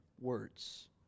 words